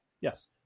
Yes